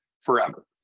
forever